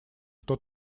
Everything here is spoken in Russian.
кто